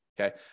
okay